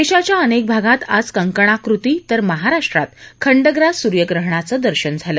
देशाच्या अनेक भागात आज कंकणाकृती तर महाराष्ट्रात खंडग्रास सुर्यग्रहणाचं दर्शन झालं